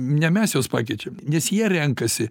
ne mes juos pakeičiam nes jie renkasi